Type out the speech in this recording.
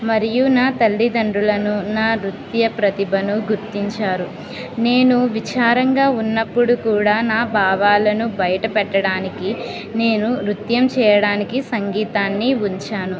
మరియు నా తల్లిదండ్రులను నా నృత్య ప్రతిభను గుర్తించారు నేను విచారంగా ఉన్నప్పుడు కూడా నా భావాలను బయట పెట్టడానికి నేను నృత్యం చేయడానికి సంగీతాన్ని ఉంచాను